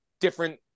different